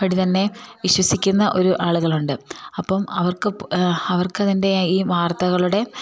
പടി തന്നെ വിശ്വസിക്കുന്ന ഒരു ആളുകൾ ഉണ്ട് അപ്പം അവർക്ക് അവർക്ക് അതിൻ്റെ ഈ വാർത്തകളുടെ